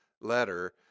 letter